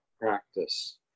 practice